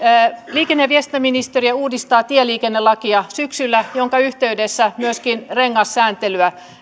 liikenne ja viestintäministeriö uudistaa tieliikennelakia syksyllä minkä yhteydessä myöskin rengassääntelyä